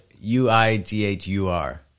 U-I-G-H-U-R